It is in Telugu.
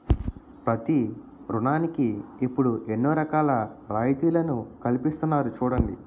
ప్రతి ఋణానికి ఇప్పుడు ఎన్నో రకాల రాయితీలను కల్పిస్తున్నారు చూడండి